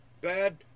bad